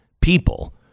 people